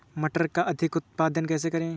मटर का अधिक उत्पादन कैसे करें?